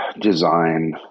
design